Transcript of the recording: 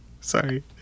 sorry